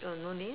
oh no names